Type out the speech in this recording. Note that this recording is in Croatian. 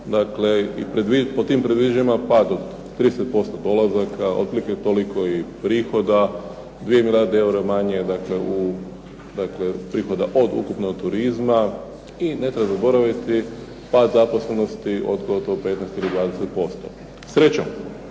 dakle i po tim predviđanjima pad od 30% polazaka, otprilike toliko i prihoda, 2 milijarde eura manje dakle prihoda od ukupno od turizma. I ne treba zaboraviti pad zaposlenosti od gotovo 15 ili 20%. Srećom